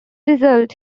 result